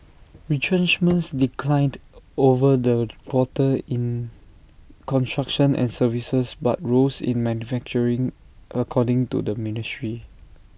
retrenchments declined over the quarter in construction and services but rose in manufacturing according to the ministry